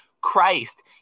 Christ